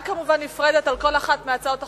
כמובן, תהיה הצבעה נפרדת על כל אחת מהצעות החוק.